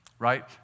Right